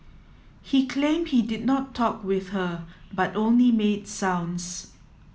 he claimed he did not talk with her but only made sounds